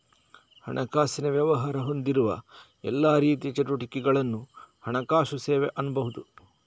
ಹಣಕಾಸಿನ ವ್ಯವಹಾರ ಹೊಂದಿರುವ ಎಲ್ಲಾ ರೀತಿಯ ಚಟುವಟಿಕೆಗಳನ್ನ ಹಣಕಾಸು ಸೇವೆ ಅನ್ಬಹುದು